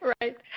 Right